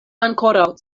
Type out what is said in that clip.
ankoraŭ